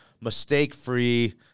mistake-free